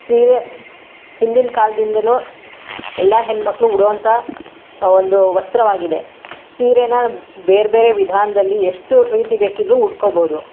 ಸೀರೆ ಹಿಂದಿನ ಕಾಲದಿಂದಲೂ ಎಲ್ಲ ಹೆಣ್ಣುಮಕ್ಳು ಉಡುವಂತಹ ಒಂದು ವಸ್ತ್ರವಾಗಿದೆ ಸೀರೆನ ಬೇರೆ ಬೇರೆ ವಿಧಾನದಲ್ಲಿ ಎಷ್ಟು ರೀತಿ ಬೇಕಿದ್ದರೂ ಉಟ್ಕೋಬೋದು